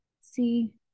see